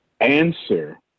answer